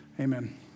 amen